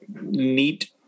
neat